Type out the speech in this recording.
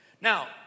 Now